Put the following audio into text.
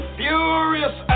furious